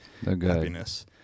happiness